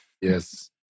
yes